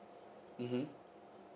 mmhmm